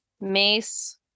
mace